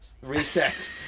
Reset